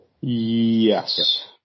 Yes